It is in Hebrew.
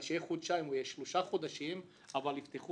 אלא שיהיה בעוד חודשיים או שלושה חודשים אבל יפתחו